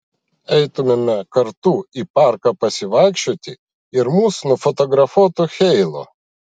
eitumėme kartu į parką pasivaikščioti ir mus nufotografuotų heilo